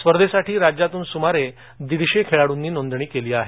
स्पर्धेसाठी राज्यातून सुमारे दीडशे खेळाडूंनी नोंदणी केली आहे